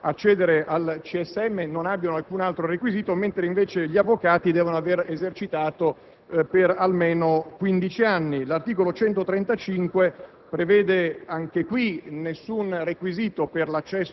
prevede che i professori ordinari per poter accedere al CSM non debbano avere alcun altro requisito, mentre gli avvocati devono avere esercitato per almeno quindici anni. L'articolo 135,